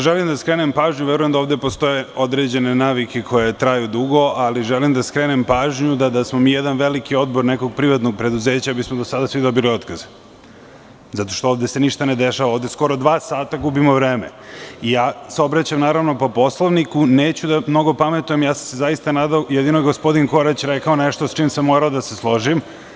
Želim da skrenem pažnju, verujem da ovde postoje određene navike koje traju dugo, ali želim da skrenem pažnju da smo mi jedan veliki odbor nekog privatnog preduzeća, mi bi smo do sada svi dobili otkaze zato što se ovde ništa ne dešava, ovde skoro dva sata gubimo vreme i ja se obraćam naravno po Poslovniku, neću da mnogo pametujem, zaista sam se nadao, jedino je gospodin Korać rekao nešto sa čim sam morao da se složim.